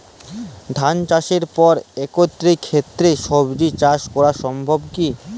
ধান চাষের পর একই ক্ষেতে সবজি চাষ করা সম্ভব কি?